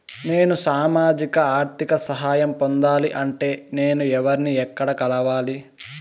నేను సామాజిక ఆర్థిక సహాయం పొందాలి అంటే నేను ఎవర్ని ఎక్కడ కలవాలి?